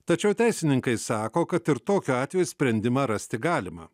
tačiau teisininkai sako kad ir tokiu atveju sprendimą rasti galima